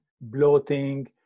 bloating